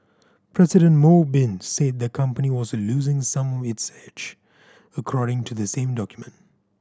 President Mo Bin said the company was losing some its edge according to the same document